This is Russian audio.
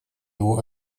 его